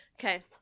Okay